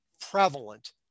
prevalent